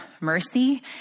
mercy